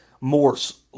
morse